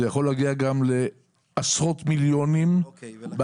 זה יכול להגיע גם לעשרות מיליונים בהשקעה.